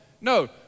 No